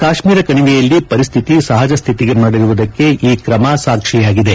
ಕಾಶ್ಮೀರ ಕಣಿವೆಯಲ್ಲಿ ಪರಿಸ್ಥಿತಿ ಸಹಜ ಸ್ಥಿತಿಗೆ ಮರಳಿರುವುದಕ್ಕೆ ಈ ಕ್ರಮ ಸಾಕ್ಷಿಯಾಗಿದೆ